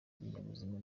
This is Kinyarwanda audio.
ibinyabuzima